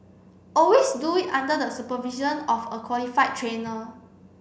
always do it under the supervision of a qualified trainer